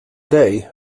dig